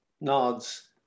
nods